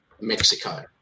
Mexico